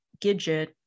Gidget